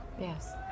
Yes